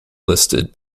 listed